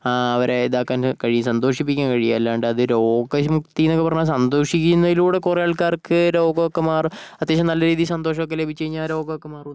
അവരെ ഇതാക്കാൻ കഴിയും സന്തോഷിപ്പിക്കാൻ കഴിയും അല്ലാതെ അത് രോഗവിമുക്തിയെന്നൊക്കെ പറഞ്ഞാൽ സന്തോഷിക്കുന്നതിലൂടെ കുറേ ആൾക്കാർക്ക് രോഗമൊക്കെ മാറും അത്യാവശ്യം നല്ല രീതിയിൽ സന്തോഷമൊക്കെ ലഭിച്ചു കഴിഞ്ഞാൽ രോഗമൊക്കെ മാറുമെന്നൊക്കെ പറഞ്ഞ് കേട്ടിട്ടുണ്ട് എന്നാലും